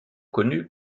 connu